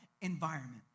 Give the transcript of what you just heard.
environment